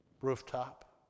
rooftop